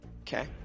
Okay